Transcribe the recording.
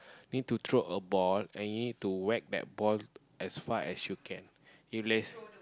need to throw a ball and you need to whack that ball as far as you can